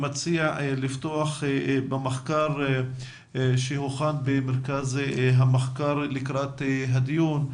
אני מציע שנפתח ונשמע את המחקר שהוכן במרכז המחקר לקראת הדיון.